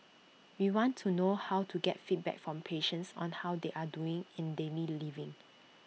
we want to know how to get feedback from patients on how they are doing in daily living